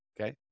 Okay